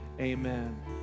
amen